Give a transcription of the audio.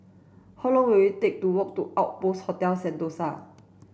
how long will it take to walk to Outpost Hotel Sentosa